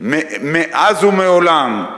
מאז ומעולם,